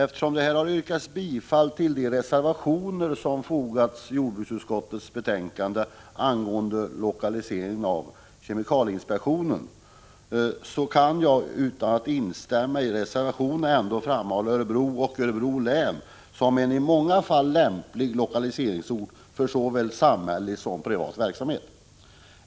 Fru talman! Här har yrkats bifall till de reservationer som fogats till jordbruksutskottets betänkande angående lokalisering av kemikalieinspektionen. Utan att instämma i någon reservation kan jag ändå framhålla Örebro och Örebro län som en i många fall lämplig lokaliseringsort för såväl samhällelig som privat verksamhet.